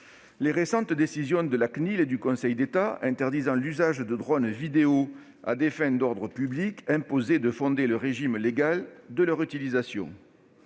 Les récentes décisions de la CNIL et du Conseil d'État interdisant l'usage de drones munis de caméras à des fins d'ordre public impliquaient de définir le régime légal de leur utilisation.